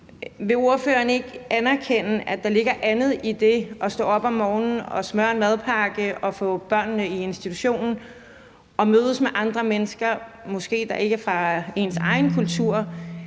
Vil ordføreren ikke anerkende, at der i det at stå op om morgenen og smøre en madpakke og få børnene i institution og mødes med andre mennesker, der måske ikke er fra ens egen kultur,